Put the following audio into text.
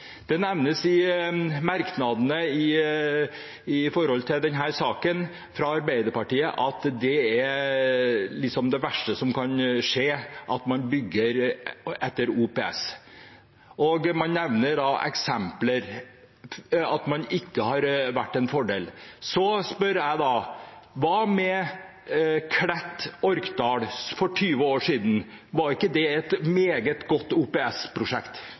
nevnes av Arbeiderpartiet i merknadene til denne saken at det at man bygger etter OPS, liksom er det verste som kan skje, og man nevner eksempler på at det ikke har vært en fordel. Jeg spør da: Hva med Klett–Orkdal for 20 år siden? Var ikke det et meget godt